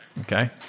okay